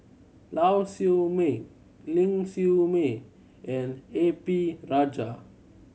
Lau Siew Mei Ling Siew May and A P Rajah